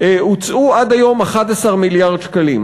הוצאו עד היום 11 מיליארד שקלים.